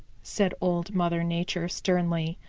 said old mother nature sternly,